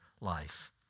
life